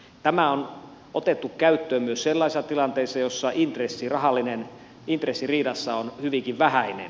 tämä on otettu käyttöön myös sellaisissa tilanteissa joissa rahallinen intressi riidassa on hyvinkin vähäinen